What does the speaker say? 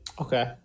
Okay